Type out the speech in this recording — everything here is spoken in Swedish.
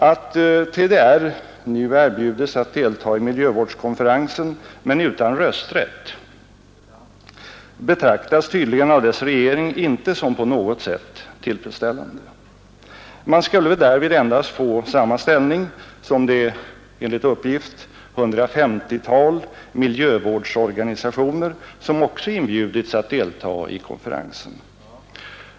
Att TDR nu erbjuds att delta i miljövårdskonferensen men utan rösträtt betraktas tydligen av dess regering som inte på något sätt tillfredsställande. Man skulle därvid endast få samma ställning som det 150-tal miljövårdsorganisationer som också inbjudits att delta i konferensen.